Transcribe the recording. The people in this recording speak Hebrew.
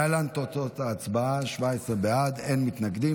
אין מתנגדים.